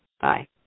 Bye